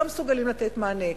לא מסוגלים לתת מענה.